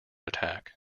attack